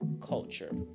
Culture